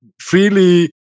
freely